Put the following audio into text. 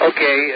Okay